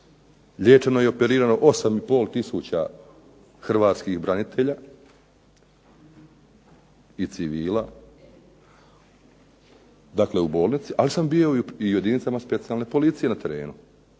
liječeno i operirano 8 500 hrvatskih branitelja i civila, dakle u bolnici, ali sam bio i u specijalnim jedinicama na terenu